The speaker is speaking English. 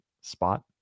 spot